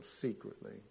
secretly